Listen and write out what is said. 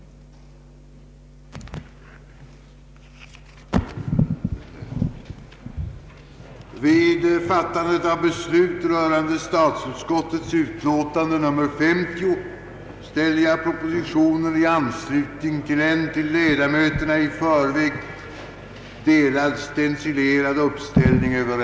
Tillsättningen av överläkartjänster skulle flyttas från Kungl. Maj:t till sjukvårdsstyrelserna. Dessutom föresloges ytterligare ett antal ändringar med avseende på sjukvårdens organisation och administration.